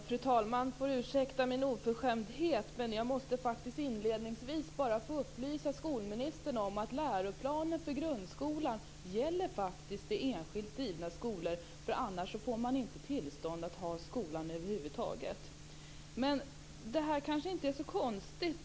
Fru talman! Ni får ursäkta min oförskämdhet, men jag måste faktiskt inledningsvis få upplysa skolministern om att läroplanen för grundskolan faktiskt gäller i enskilt drivna skolor, annars får de inte tillstånd att driva skolan över huvud taget. Men detta kanske inte är så konstigt.